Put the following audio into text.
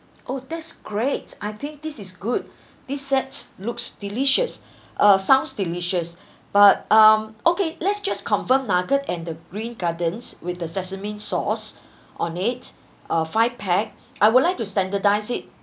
oh that's great I think this is good this set looks delicious uh sounds delicious but um okay let's just confirm nugget and the green gardens with the sesame sauce on it uh five pack I would like to standardise it